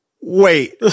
wait